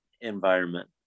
environment